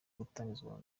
gutangizwa